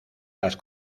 las